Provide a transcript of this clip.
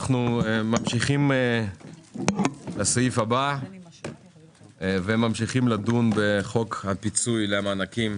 אנחנו עוברים לדיון בסעיף הבא וממשיכים לדון בחוק הפיצוי למענקים